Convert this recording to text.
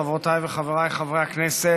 חברותיי וחבריי חברי הכנסת,